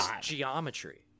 geometry